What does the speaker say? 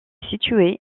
située